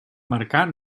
marcar